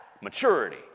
maturity